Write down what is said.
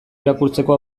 irakurtzeko